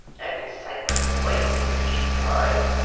and excitement blazing in cheeks and eyes,